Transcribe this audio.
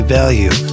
value